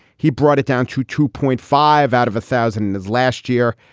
he brought it down to two point five out of a thousand in his last year.